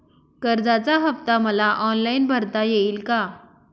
कर्जाचा हफ्ता मला ऑनलाईन भरता येईल का?